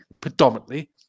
predominantly